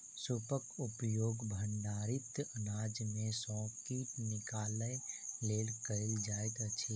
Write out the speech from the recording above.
सूपक उपयोग भंडारित अनाज में सॅ कीट निकालय लेल कयल जाइत अछि